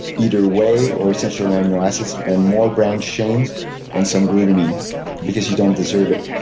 either whey or essential amino acids and more bran shanes and some glutamine because you don't deserve it.